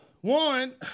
One